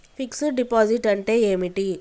Fix డ్ deposit అంటే ఏమిటి?